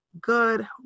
good